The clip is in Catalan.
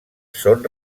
són